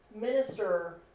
minister